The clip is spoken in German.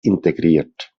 integriert